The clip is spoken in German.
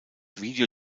video